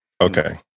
Okay